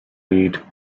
read